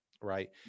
right